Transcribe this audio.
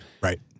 Right